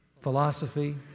philosophy